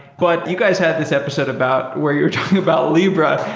but you guys had this episode about where you're talking about libra.